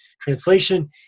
translation